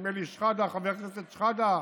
נדמה לי, חבר הכנסת שחאדה,